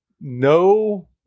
no